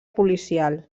policial